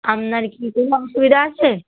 আপনার কি অসুবিধা আছে